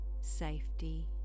safety